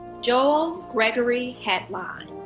joel gregory hatline.